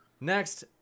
Next